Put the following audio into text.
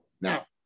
Now